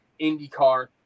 IndyCar